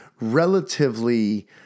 Relatively